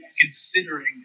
considering –